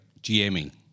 GMing